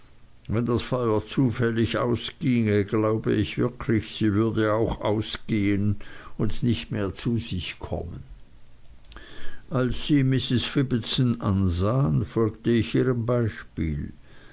wenn das feuer zufällig ausginge glaube ich wirklich sie würde auch ausgehen und nicht mehr zu sich kommen als sie mrs fibbitson ansahen folgte ich ihrem beispiel